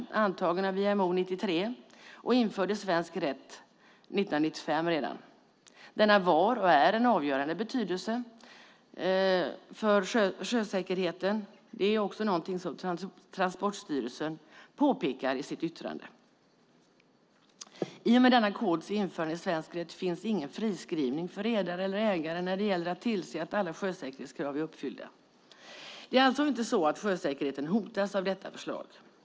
Denna antogs av IMO 1993 och infördes i svensk rätt redan 1995. Den var och är av avgörande betydelse för sjösäkerheten. Det är också något Transportstyrelsen påpekar i sitt yttrande. I och med denna kods införande i svensk rätt finns ingen friskrivning för ägare eller redare när det gäller att tillse att alla sjösäkerhetskrav är uppfyllda. Det är alltså inte så att sjösäkerheten hotas av detta förslag.